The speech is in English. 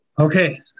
Okay